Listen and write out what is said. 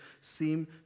seem